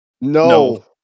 No